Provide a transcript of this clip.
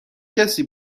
کسی